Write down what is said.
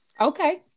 Okay